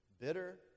bitter